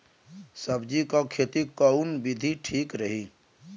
सब्जी क खेती कऊन विधि ठीक रही?